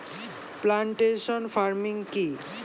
Plantation farming কি?